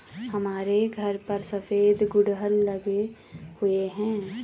हमारे घर पर सफेद गुड़हल लगे हुए हैं